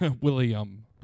William